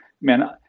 man